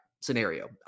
scenario